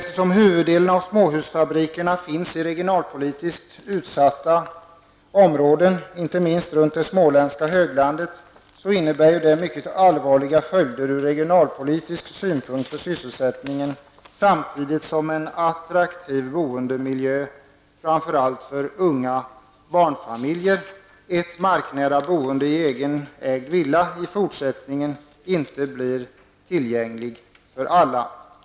Eftersom huvuddelen av småhusfabrikerna finns i regionalpolitiskt utsatta områden, inte minst runt det småländska höglandet, får detta mycket allvarliga följder ur regionalpolitisk synpunkt för sysselsättningen, samtidigt som en attraktiv boendemiljö framför allt för unga barnfamiljer, ett marknära boende i egen ägd villa, i fortsättningen inte blir tillgänglig för alla.